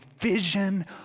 vision